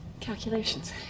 Calculations